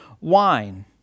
wine